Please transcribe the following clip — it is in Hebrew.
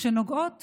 שנוגעות